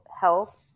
health